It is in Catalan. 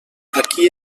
aquí